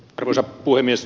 arvoisa puhemies